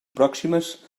pròximes